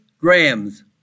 grams